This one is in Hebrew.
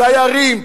ציירים,